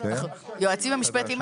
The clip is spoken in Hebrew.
יועצים משפטיים,